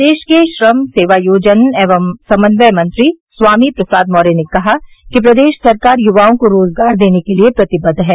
प्रदेश के श्रम सेवायोजन एवं समन्वय मंत्री स्वामी प्रसाद मौर्य ने कहा कि प्रदेश सरकार युवाओं को रोजगार देने के लिए प्रतिबद्व है